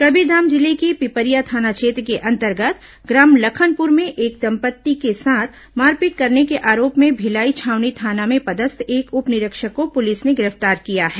कबीरधाम जिले के पिपरिया थाना क्षेत्र के अंतर्गत ग्राम लखनपुर में एक दंपत्ति के साथ मारपीट करने के आरोप में भिलाई छावनी थाना में पदस्थ एक उप निरीक्षक को पुलिस ने गिरफ्तार किया है